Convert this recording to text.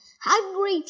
hungry